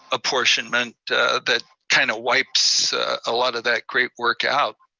apportionment that kind of wipes a lot of that great work out.